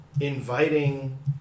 inviting